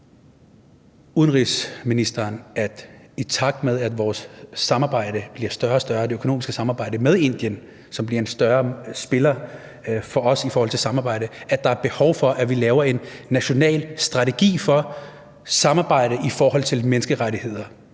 udenrigsministeren, i takt med at vores samarbejde bliver større og større og det økonomiske samarbejde med Indien bliver en større spiller for os i forhold til samarbejde, at der er et behov for, at vi laver en national strategi for samarbejde i forhold til menneskerettigheder?